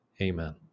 Amen